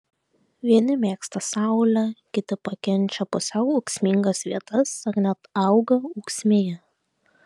vieni mėgsta saulę kiti pakenčia pusiau ūksmingas vietas ar net auga ūksmėje